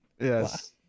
Yes